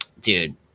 Dude